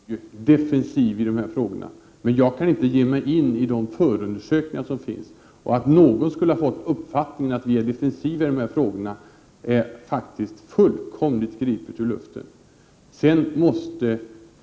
Herr talman! Jag är inte ett dugg defensiv när det gäller dessa frågor. Jag kan emellertid inte ge mig in i förundersökningarna. Att någon skulle fått uppfattningen att vi är defensiva när det gäller dessa frågor är faktiskt fullkomligt gripet ur luften.